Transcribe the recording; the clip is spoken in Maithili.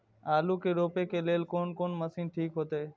आलू के रोपे के लेल कोन कोन मशीन ठीक होते?